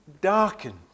darkened